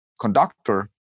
conductor